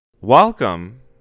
Welcome